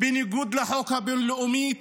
בניגוד לחוק הבין-לאומי,